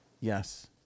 Yes